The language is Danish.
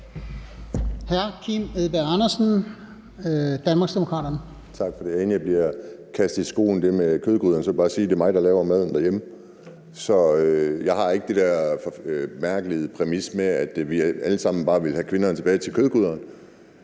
14:25 Kim Edberg Andersen (DD): Tak for det. Inden det med kødgryderne bliver skudt mig i skoen, vil jeg bare lige sige, at det er mig, der laver maden derhjemme. Så jeg har ikke den der mærkelige præmis med, at vi alle sammen bare vil have kvinderne tilbage til kødgryderne,